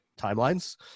timelines